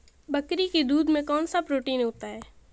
बकरी के दूध में कौनसा प्रोटीन होता है?